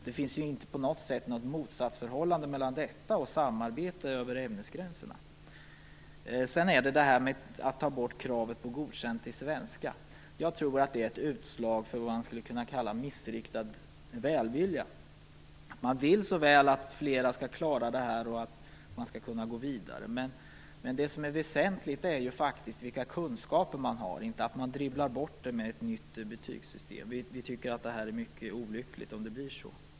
Det är ju inte på något sätt något motsatsförhållande mellan blockbetyg och samarbete mellan ämnesgränserna. När det sedan gäller att ta bort kravet på godkänt i svenska tror jag att det är ett utslag för vad man skulle kunna kalla för missriktad välvilja. Man vill så väl att flera skall bli godkända och skall kunna gå vidare. Men det som är väsentligt är ju faktiskt vilka kunskaper man har. Det skall inte dribblas bort med ett nytt betygssystem. Det vore mycket olyckligt om det blev så.